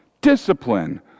discipline